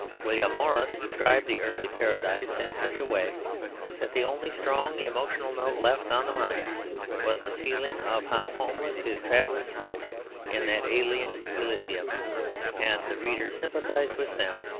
william morris described the earthly paradise in such a way that the only strong emotional note left on the mind was the feeling of how homeless his travellers felt in that alien elysium and the reader sympathised with them,